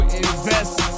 invest